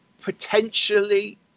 potentially